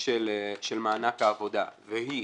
של מענק העבודה והיא